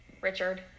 Richard